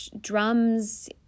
drums